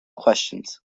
questions